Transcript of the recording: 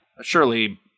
surely